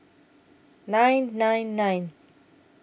nine nine nine